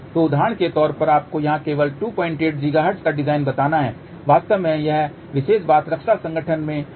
तो उदाहरण के तौर पर आपको यहाँ केवल 28 GHz का डिज़ाइन बताना है वास्तव में यह विशेष बात रक्षा संगठन में आवश्यकता थी